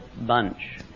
bunch